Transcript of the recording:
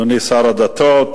אדוני שר הדתות,